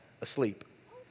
asleep